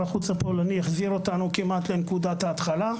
החוץ הפולני החזיר אותנו כמעט לנקודת ההתחלה.